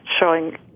showing